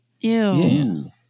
Ew